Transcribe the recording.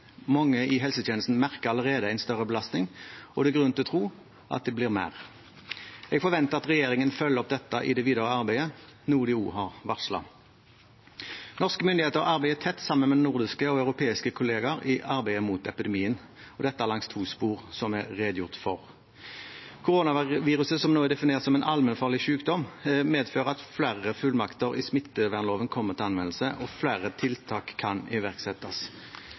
Mange i helsetjenesten merker allerede en større belastning, og det er grunn til å tro at det blir mer. Jeg forventer at regjeringen følger opp dette i det videre arbeidet, noe de også har varslet. Norske myndigheter arbeider tett sammen med nordiske og europeiske kollegaer i arbeidet mot epidemien – og det langs to spor, som det er redegjort for. Koronaviruset, som nå er definert som en allmennfarlig sykdom, medfører at flere fullmakter i smittevernloven kommer til anvendelse, og at flere tiltak kan iverksettes.